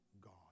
God